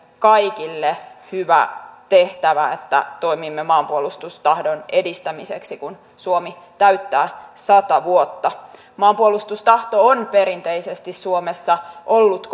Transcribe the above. kaikille hyvä tehtävä että toimimme maanpuolustustahdon edistämiseksi kun suomi täyttää sata vuotta maanpuolustustahto on perinteisesti suomessa ollut